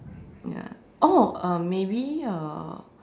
ya oh um maybe a